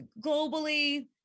globally